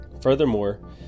furthermore